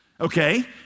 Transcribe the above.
Okay